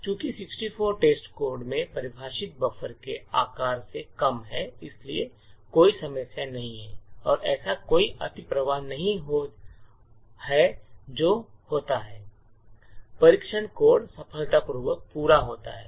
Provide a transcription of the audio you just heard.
चूंकि 64 test code में परिभाषित बफर के आकार से कम है इसलिए कोई समस्या नहीं है और ऐसा कोई अतिप्रवाह नहीं है जो होता है और परीक्षण कोड सफलतापूर्वक पूरा होता है